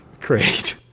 Great